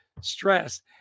stress